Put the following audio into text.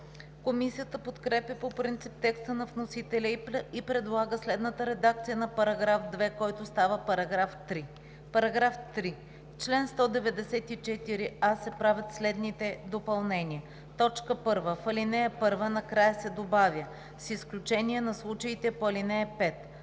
Комисията подкрепя по принцип текста на вносителя и предлага следната редакция на § 2, който става § 3: „§ 3. В чл. 194а се правят следните допълнения: 1. В ал. 1 накрая се добавя „с изключение на случаите по ал. 5“.